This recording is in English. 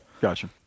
gotcha